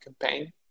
campaign